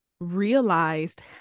realized